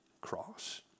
cross